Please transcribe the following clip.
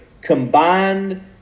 combined